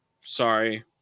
Sorry